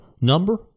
number